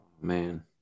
man